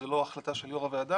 זו לא החלטה של יו"ר הוועדה.